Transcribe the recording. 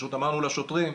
פשוט אמרנו לשוטרים,